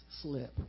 slip